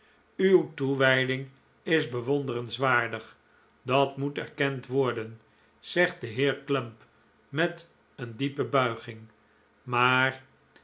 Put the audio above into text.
uw toewijding is bewonderenswaardig dat moet erkend worden zegt de heer clump met een diepe buiging maar